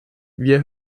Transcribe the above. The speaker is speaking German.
wir